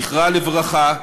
זכרה לברכה,